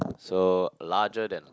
so larger than